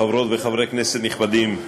חברות וחברי כנסת נכבדים,